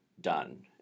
done